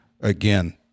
again